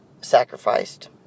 sacrificed